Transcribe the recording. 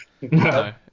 No